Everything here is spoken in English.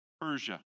Persia